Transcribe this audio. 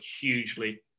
hugely